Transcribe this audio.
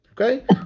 Okay